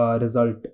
result